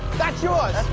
that's yours.